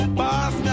boss